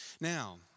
Now